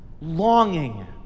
Longing